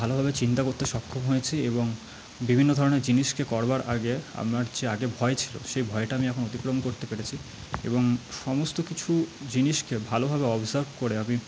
ভালোভাবে চিন্তা করতে সক্ষম হয়েছি এবং বিভিন্ন ধরণের জিনিসকে করবার আগে আমার যে আগে ভয় ছিলো সেই ভয়টা আমি এখন অতিক্রম করতে পেরেছি এবং সমস্ত কিছু জিনিসকে ভালোভাবে অবজার্ভ করে আমি